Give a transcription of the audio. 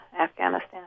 Afghanistan